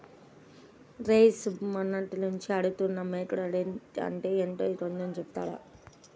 రేయ్ సుబ్బు, మొన్నట్నుంచి అడుగుతున్నాను మైక్రోక్రెడిట్ అంటే యెంటో కొంచెం చెప్పురా